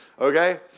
Okay